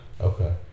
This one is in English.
okay